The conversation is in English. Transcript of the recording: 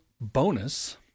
bonus